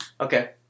Okay